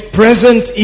present